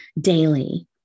daily